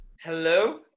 hello